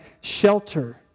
shelter